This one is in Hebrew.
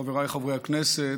חבריי חברי הכנסת,